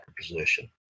position